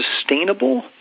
sustainable